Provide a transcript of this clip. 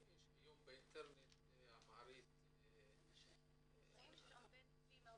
יש היום באינטרנט אמהרית --- יש הרבה ניבים.